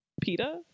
PETA